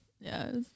Yes